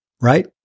right